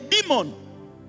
demon